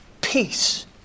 Peace